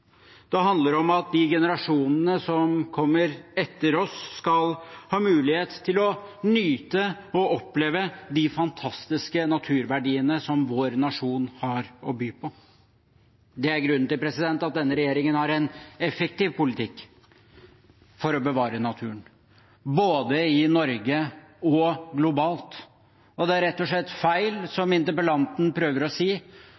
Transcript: Det handler om at generasjonene som kommer etter oss, skal ha mulighet til å nyte og oppleve de fantastiske naturverdiene vår nasjon har å by på. Det er grunnen til at denne regjeringen har en effektiv politikk for å bevare naturen, både i Norge og globalt. Det er rett og slett feil det interpellanten prøver å si: